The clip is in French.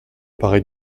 paraît